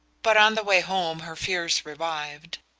but on the way home her fears revived.